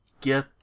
Get